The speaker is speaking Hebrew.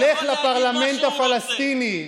תלך לפרלמנט הפלסטיני.